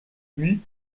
puis